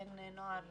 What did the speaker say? בני נוער